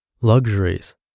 luxuries